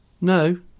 No